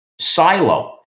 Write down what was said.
silo